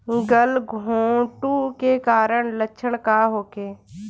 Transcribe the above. गलघोंटु के कारण लक्षण का होखे?